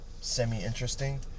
semi-interesting